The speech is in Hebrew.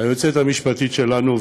היועצת המשפטית שלנו,